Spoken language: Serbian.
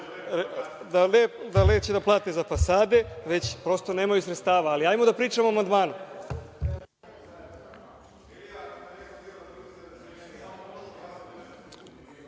neće da plate za fasade, već prosto nemaju sredstava, ali hajde da pričamo o amandmanu.